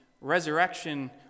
resurrection